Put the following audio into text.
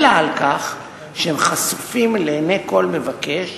אלא על כך שהם חשופים לעיני כל המבקש